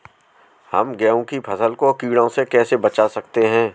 हम गेहूँ की फसल को कीड़ों से कैसे बचा सकते हैं?